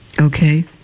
Okay